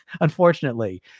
unfortunately